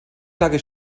tage